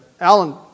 Alan